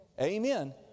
amen